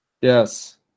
Yes